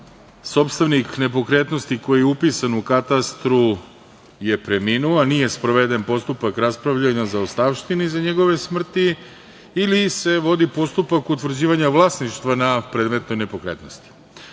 sopstvenik nepokretnosti koji je upisan u katastru je preminuo a nije sproveden postupak raspravljanja zaostavštine iza njegove smrti ili se vodi postupak utvrđivanja vlasništva na predmetnoj nepokretnosti. Ono